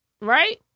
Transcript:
right